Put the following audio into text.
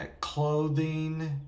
clothing